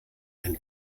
ein